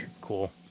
Cool